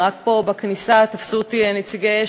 אני רוצה לספר לכם סיפור קצר על שרת המשפטים ותגובתה על חוק העמותות של